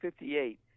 1958